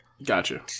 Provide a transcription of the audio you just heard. gotcha